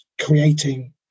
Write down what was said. creating